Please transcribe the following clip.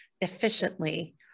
efficiently